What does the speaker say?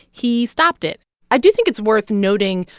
he stopped it i do think it's worth noting,